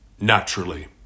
naturally